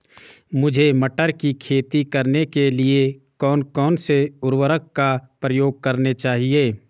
मुझे मटर की खेती करने के लिए कौन कौन से उर्वरक का प्रयोग करने चाहिए?